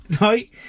right